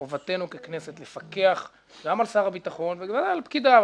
חובתנו ככנסת לפקח גם על שר הביטחון וגם על פקידיו.